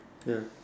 ya